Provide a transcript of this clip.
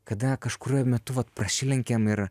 kada kažkuriuo metu vat prasilenkiam ir